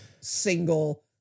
single